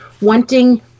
wanting